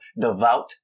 devout